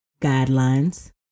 guidelines